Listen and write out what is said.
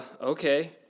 okay